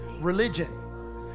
religion